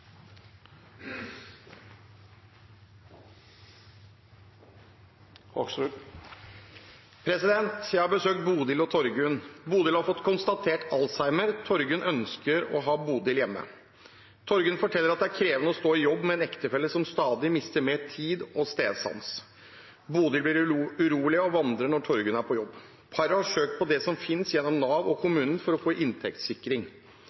har besøkt Bodil og Torgunn. Bodil har fått konstatert alzheimer. Torgunn ønsker å ha Bodil hjemme. Torgunn forteller at det er krevende å stå i jobb med en ektefelle som stadig mister mer tid- og stedsans. Bodil blir urolig og vandrer når Torgunn er på jobb. Paret har søkt på det som finnes gjennom Nav og